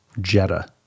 Jetta